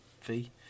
fee